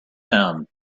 down